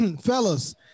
fellas